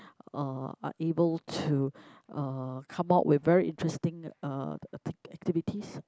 uh are able to uh come out with very interesting uh acti~ activities